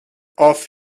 off